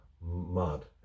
mud